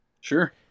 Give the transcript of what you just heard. Sure